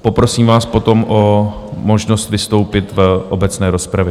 Poprosím vás potom o možnost vystoupit v obecné rozpravě.